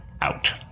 out